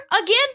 again